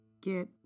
get